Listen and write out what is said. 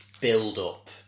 build-up